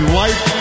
life